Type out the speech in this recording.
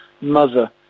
mother